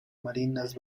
marinas